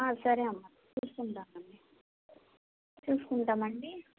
సరే అమ్మ చూసుకుంటాను అమ్మ చూసుకుంటాం అండి